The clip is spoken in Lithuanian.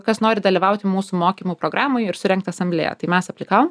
kas nori dalyvauti mūsų mokymų programoj ir surengt asamblėją tai mes aplikavom